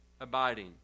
abiding